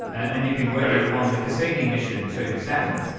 and you've been working on the cassini mission to saturn.